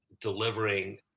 delivering